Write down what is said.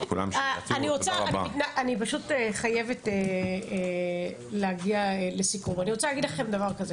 אני רוצה להגיד לכם דבר כזה,